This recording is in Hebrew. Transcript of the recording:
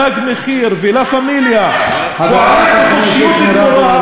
"תג מחיר" ו"לה-פמיליה" פועלים בחופשיות גמורה,